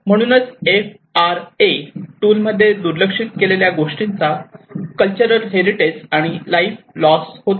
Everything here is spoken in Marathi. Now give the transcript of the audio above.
म्हणूनच एफआरए टूलमध्ये दुर्लक्षित केलेल्या गोष्टींचा कल्चरल हेरिटेज आणि लाईफ लॉस होतो